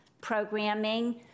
programming